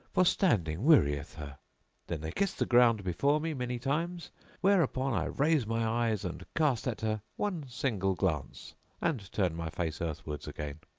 for standing wearieth her then they kiss the ground before me many times whereupon i raise my eyes and cast at her one single glance and turn my face earthwards again.